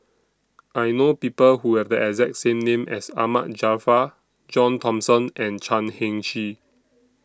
I know People Who Have The exact same name as Ahmad Jaafar John Thomson and Chan Heng Chee